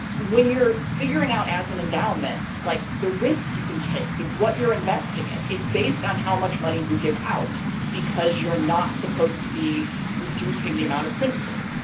when you're figuring out as an endowment like the risk, you can take that what you're investing in. it's based on how much money you give out because you're not supposed to be reducing the amount of principal.